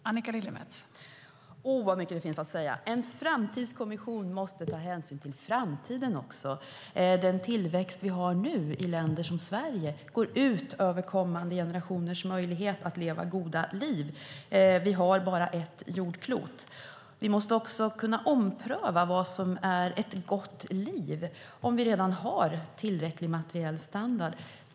Fru talman! O vad mycket det finns att säga! En framtidskommission måste också ta hänsyn till framtiden. Den tillväxt vi har nu i länder som Sverige går ut över kommande generationers möjlighet att leva goda liv. Vi har bara ett jordklot. Vi måste också kunna ompröva vad som är ett gott liv om vi redan har tillräcklig materiell standard.